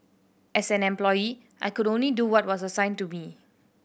as an employee I could only do what was assigned to me